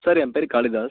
sir என் பேர் காளிதாஸ்